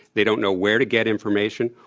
they don't know where to get information,